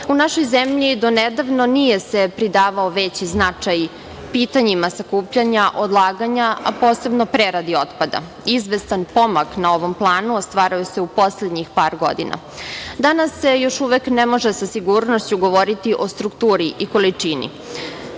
U našoj zemlji donedavno nije se pridavao veći značaj pitanjima sakupljanja odlaganja, a posebno preradi otpada. Izvestan pomak na ovom planu se ostvaruje se u poslednjih par godina. Danas se još uvek ne može sa sigurnošću govoriti o strukturi i količini